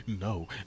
no